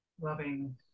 loving